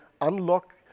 unlock